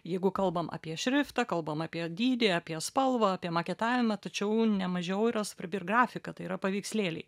jeigu kalbam apie šriftą kalbam apie dydį apie spalvą apie maketavimą tačiau nemažiau yra svarbi ir grafika tai yra paveikslėliai